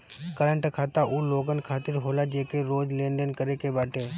current खाता उ लोगन खातिर होला जेके रोज लेनदेन करे के बाटे